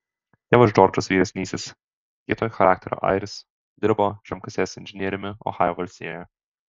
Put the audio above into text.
tėvas džordžas vyresnysis kieto charakterio airis dirbo žemkasės inžinieriumi ohajo valstijoje